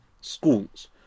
schools